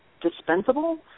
dispensable